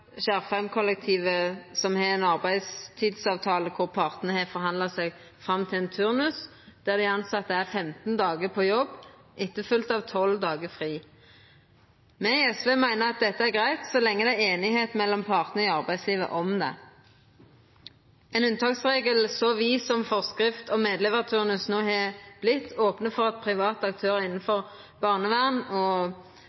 har forhandla seg fram til ein arbeidstidsavtale med ein turnus der dei tilsette er 15 dagar på jobb, etterfølgd av 12 dagar fri. Me i SV meiner at dette er greitt, så lenge det er einigheit mellom partane i arbeidslivet om det. Ein unntaksregel så vid som forskrift om medlevarordningar mv. no har vorte, opnar for at private aktørar